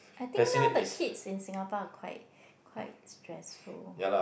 I think now the kids in Singapore are quite quite stressful